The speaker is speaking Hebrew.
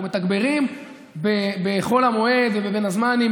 אנחנו מתגברים בחול המועד ובין הזמנים.